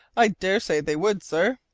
i daresay they would, sir,